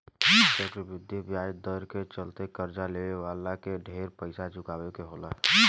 चक्रवृद्धि ब्याज दर के चलते कर्जा लेवे वाला के ढेर पइसा चुकावे के होला